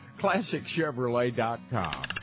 ClassicChevrolet.com